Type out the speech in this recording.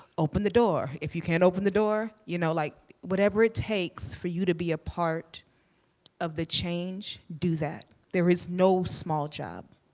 open the door. if you can't open the door, you know, like whatever it takes for you to be a part of the change, do that, there is no small job.